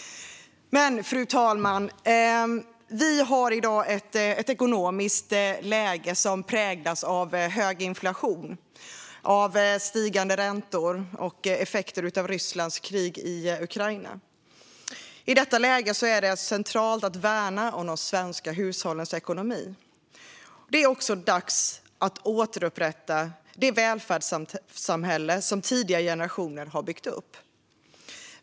Fru talman! Vi har i dag ett ekonomiskt läge som präglas av hög inflation, stigande räntor och effekter av Rysslands krig i Ukraina. I detta läge är det centralt att värna de svenska hushållens ekonomi. Det är också dags att återupprätta det välfärdssamhälle som tidigare generationer har byggt upp.